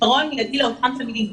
פתרון מידי לאותם תלמידים.